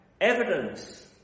evidence